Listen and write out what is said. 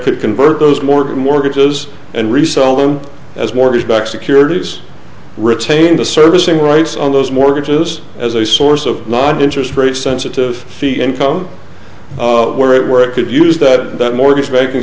could convert those more mortgages and resell them as mortgage backed securities retain the servicing rights on those mortgages as a source of not interest rate sensitive c income where it where it could use that and that mortgage banking